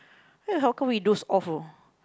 eh how come we doze off